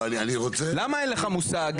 למה איך לך מושג?